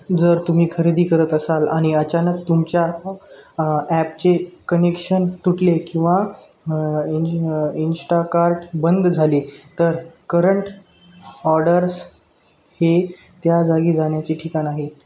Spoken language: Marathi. जर तुम्ही खरेदी करत असाल आणि अचानक तुमच्या ॲपचे कनेक्शन तुटले किंवा इंश्टाकार्ट बंद झाले तर करंट ऑर्डर्स हे त्या जागी जाण्याचे ठिकाण आहे